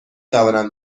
توانم